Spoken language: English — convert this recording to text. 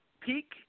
Peak